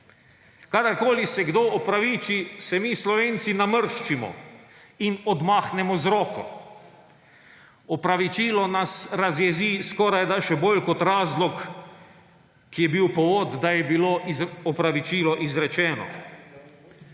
Kadarkoli se kdo opraviči, se mi Slovenci namrščimo in odmahnemo z roko. Opravičilo nas razjezi skorajda še bolj kot razlog, ki je bil povod, da je bilo opravičilo izrečeno.